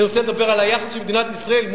אני רוצה לדבר על היחס של מדינת ישראל,